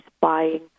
buying